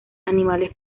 animales